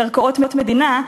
קרקעות מדינה,